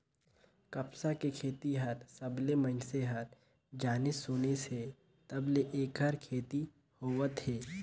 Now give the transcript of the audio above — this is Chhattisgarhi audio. कपसा के खेती हर सबलें मइनसे हर जानिस सुनिस हे तब ले ऐखर खेती होवत हे